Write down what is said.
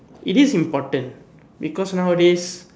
it is important because nowadays